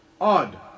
odd